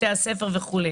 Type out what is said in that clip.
בתי הספר וכו'.